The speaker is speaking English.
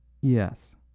Yes